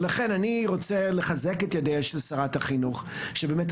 אני רוצה לחזק את ידיה של שרת החינוך שעשתה